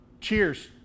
Cheers